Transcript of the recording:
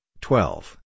twelve